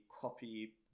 copy